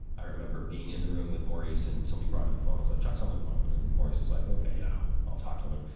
i remember being in the room with maurice and somebody brought in the phone was like, chuck's on the phone. and maurice was like, okay, yeah, i'll i'll talk to him. and